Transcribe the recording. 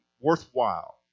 worthwhile